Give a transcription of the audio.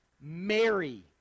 mary